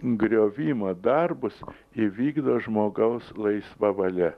griovimo darbus įvykdo žmogaus laisva valia